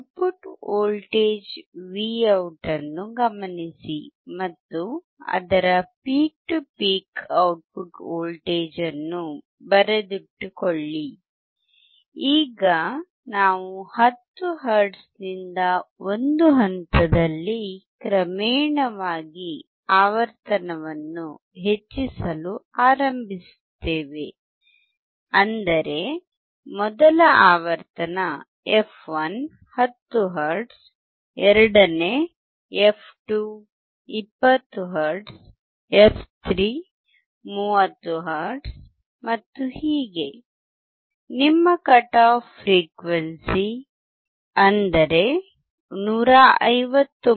output voltage Vout ಅನ್ನು ಗಮನಿಸಿ ಮತ್ತು ಅದರ peak to peak output voltage ಅನ್ನು ಬರೆದಿಟ್ಟುಕೊಳ್ಳಿ ಈಗ ನಾವು 10 ಹರ್ಟ್ಜ್ ನಿಂದ ಒಂದು ಹಂತದಲ್ಲಿ ಕ್ರಮೇಣವಾಗಿ ಆವರ್ತನವನ್ನು ಹೆಚ್ಚಿಸಲು ಪ್ರಾರಂಭಿಸುತ್ತೇವೆ ಅಂದರೆ ಮೊದಲ ಆವರ್ತನ f1 10 ಹರ್ಟ್ಜ್ ಎರಡನೇ f 2 20 ಹರ್ಟ್ಜ್ f 3 30 ಹರ್ಟ್ಜ್ ಮತ್ತು ಹೀಗೆ ನಿಮ್ಮ ಕಟ್ ಆಫ್ ಫ್ರೀಕ್ವೆನ್ಸಿ fc ಅಂದರೆ 159